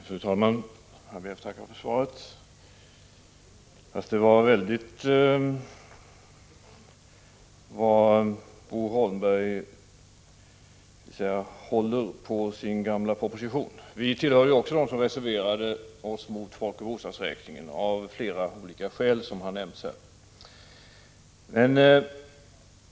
Fru talman! Jag ber att få tacka för svaret. Det var väldigt vad Bo Holmberg håller på sin gamla proposition! Även vi centerpartister hör till dem som reserverade sig mot folkoch bostadsräkningen. Det gjorde vi av flera olika skäl, som har nämnts här.